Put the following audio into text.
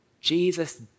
Jesus